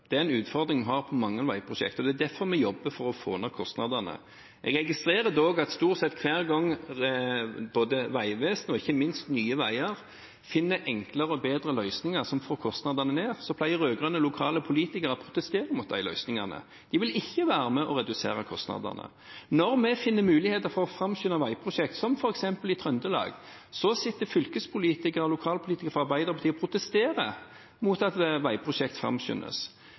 Det er en utfordring en har på mange veiprosjekter, og det er derfor vi jobber for å få ned kostnadene. Jeg registrerer dog at stort sett hver gang både Vegvesenet og ikke minst Nye Veier finner enklere og bedre løsninger, som får kostnadene ned, pleier rød-grønne lokalpolitikere å protestere mot de løsningene. De vil ikke være med og redusere kostnadene. Når vi finner muligheter for å framskynde veiprosjekter, som f.eks. i Trøndelag, sitter fylkespolitikere og lokalpolitikere fra Arbeiderpartiet og protesterer mot at veiprosjekter framskyndes.